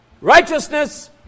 righteousness